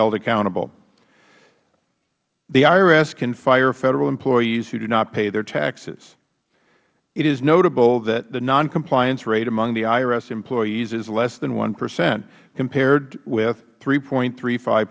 held accountable the irs can fire federal employees who do not pay their taxes it is notable that the non compliance rate among irs employees is less than one percent compared with three point three five